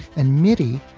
and midi,